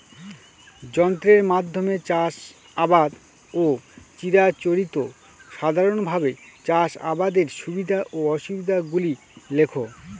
যন্ত্রের মাধ্যমে চাষাবাদ ও চিরাচরিত সাধারণভাবে চাষাবাদের সুবিধা ও অসুবিধা গুলি লেখ?